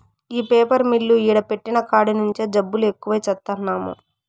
ఈ paper mill ఈడ పెట్టిన కాడి నుంచే జబ్బులు ఎక్కువై చత్తన్నాము